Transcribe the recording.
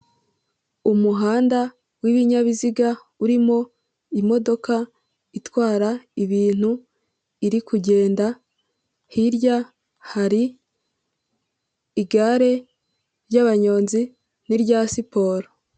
Umuhanda w'ibinyabiziga urimo imodoka itwara ibintu iri kugenda, hirya hari igare ry'abanyonzi n'irya siporo.